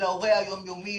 להורה היום-יומי.